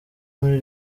muri